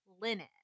linen